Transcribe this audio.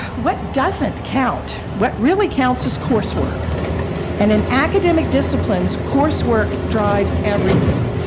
what doesn't count? what really counts is coursework and and academic disciplines, coursework drives everything.